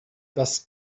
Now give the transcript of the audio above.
das